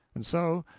and so,